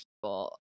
people